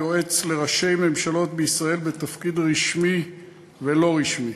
יועץ לראשי ממשלות בישראל בתפקיד רשמי ולא רשמי.